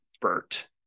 Bert